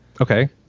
Okay